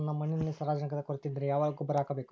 ನನ್ನ ಮಣ್ಣಿನಲ್ಲಿ ಸಾರಜನಕದ ಕೊರತೆ ಇದ್ದರೆ ಯಾವ ಗೊಬ್ಬರ ಹಾಕಬೇಕು?